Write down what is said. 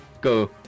Go